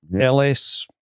LS